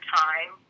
time